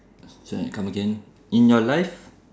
sorry come again in your life